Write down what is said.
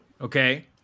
Okay